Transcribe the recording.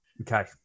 okay